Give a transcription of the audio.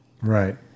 Right